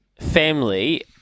family